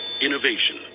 innovation